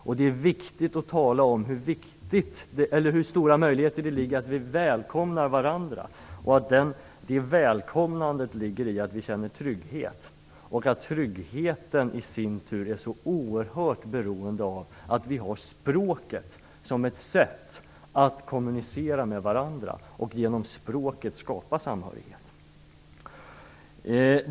Det är också viktigt att tala om hur stora möjligheter det ligger i att vi välkomnar varandra, och att det välkomnandet grundar sig på att vi känner trygghet. Tryggheten är i sin tur oerhört beroende av att vi har språket som ett sätt att kommunicera med varandra på, och att vi genom språket kan skapa samhörighet.